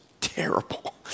terrible